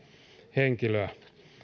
henkilöä